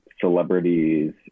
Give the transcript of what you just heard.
celebrities